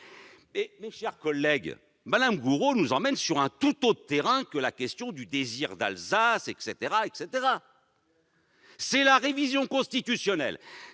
Mes chers collègues, Mme Gourault nous emmène sur un tout autre terrain que la question du « désir d'Alsace »: il s'agit de la révision constitutionnelle